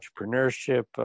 entrepreneurship